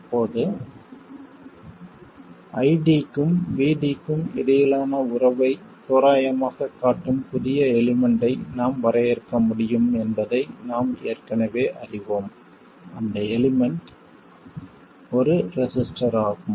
இப்போது ID க்கும் VD க்கும் இடையிலான உறவை தோராயமாகக் காட்டும் புதிய எலிமெண்ட்டை நாம் வரையறுக்க முடியும் என்பதை நாம் ஏற்கனவே அறிவோம் அந்த எலிமெண்ட் ஒரு ரெசிஸ்டர் ஆகும்